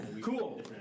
Cool